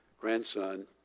grandson